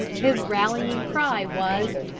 his rallying cry was,